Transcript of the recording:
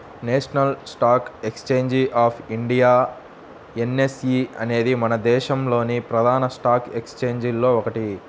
national stock exchange of India NSE అనేది మన దేశంలోని ప్రధాన స్టాక్ ఎక్స్చేంజిల్లో ఒకటి